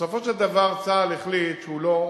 בסופו של דבר צה"ל החליט שהוא לא,